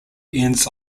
ends